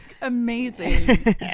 Amazing